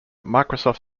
microsoft